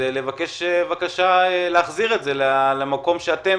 לבקש בקשה להחזיר את זה למקום שאתם